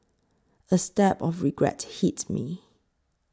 a stab of regret hit me